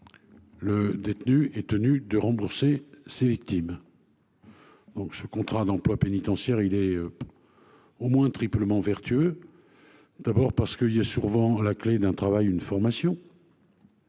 le détenu est tenu de rembourser ses victimes. Ce contrat d'emploi pénitentiaire est donc au moins triplement vertueux. D'abord, il y a sûrement à la clé un travail ou une formation,